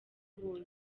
buze